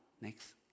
Next